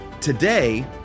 Today